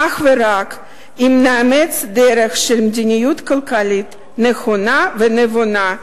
אך ורק אם נאמץ דרך של מדיניות כלכלית נכונה ונבונה,